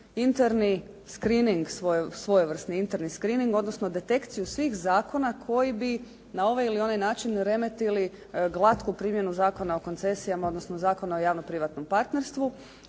interni screnning svojevrsni, interni screnning, odnosno detekciju svih zakona koji bi na ovaj ili onaj način remetili glatku primjenu Zakona o koncesijama, odnosno Zakona o javno-privatnom partnerstvu.